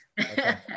Okay